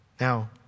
Now